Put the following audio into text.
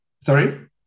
Sorry